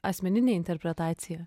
asmeninė interpretacija